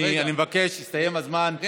אני מבקש, הסתיים הזמן.